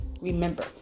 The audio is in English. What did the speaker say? remember